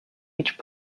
which